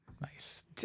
Nice